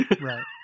right